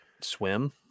swim